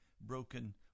Broken